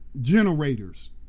generators